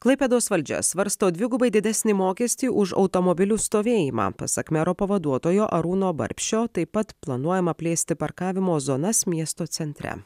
klaipėdos valdžia svarsto dvigubai didesnį mokestį už automobilių stovėjimą pasak mero pavaduotojo arūno barbšio taip pat planuojama plėsti parkavimo zonas miesto centre